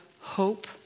hope